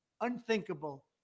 unthinkable